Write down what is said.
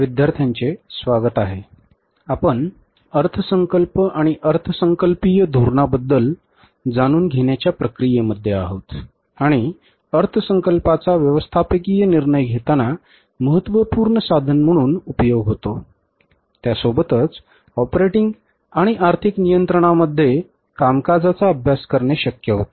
विद्यार्थ्यांचे स्वागत आहे आपण अर्थसंकल्प आणि अर्थसंकल्पीय धोरणाबद्दल जाणून घेण्याच्या प्रक्रियेमध्ये आहोत आणि अर्थसंकल्पाचा व्यवस्थापकीय निर्णय घेताना महत्त्वपूर्ण साधन म्हणून उपयोग होतो त्यासोबतच ऑपरेटिंग आणि आर्थिक नियंत्रणामध्ये कामकाजाचा अभ्यास करणे शक्य होते